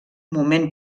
moment